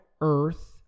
earth